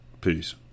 Peace